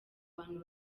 bantu